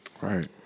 Right